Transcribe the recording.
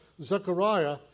Zechariah